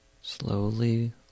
Slowly